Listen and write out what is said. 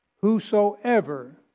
Whosoever